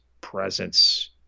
presence